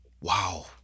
Wow